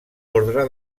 ordre